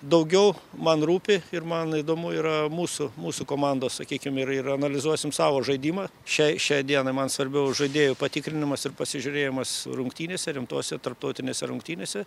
daugiau man rūpi ir man įdomu yra mūsų mūsų komandos sakykim ir ir analizuosim savo žaidimą šiai šiai dienai man svarbiau žaidėjų patikrinimas ir pasižiūrėjimas rungtynėse rimtose tarptautinėse rungtynėse